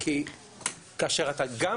כי כאשר אתה גם